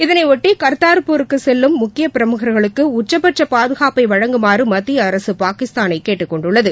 இதனையாட்டி கர்தார்பூருக்குசெல்லும் முக்கியபிரமுகர்களுக்குஉச்சபட்சபாதுகாப்பவழங்குமாறுமத்தியஅரக பாகிஸ்தானைகேட்டுக்கொண்டுள்ளது